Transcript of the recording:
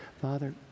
Father